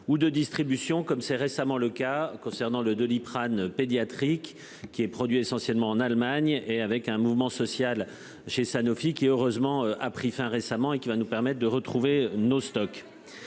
ou de distribution comme s'est récemment le cas concernant le Doliprane pédiatrique qui est produit essentiellement en Allemagne et avec un mouvement social chez Sanofi qui heureusement a pris fin récemment et qui va nous permettre de retrouver nos stocks.